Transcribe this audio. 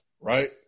right